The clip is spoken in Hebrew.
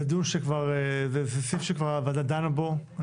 זה סעיף שהוועדה כבר דנה בו.